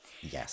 Yes